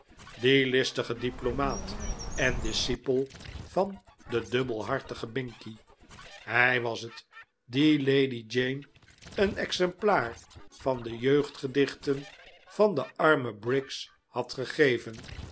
die listige diplomaat en discipel van den dubbelhartigen binkie hij was het die lady jane een exemplaar van de jeugd gedichten van de arme briggs had gegeven